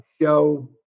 show